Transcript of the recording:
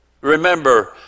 Remember